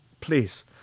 please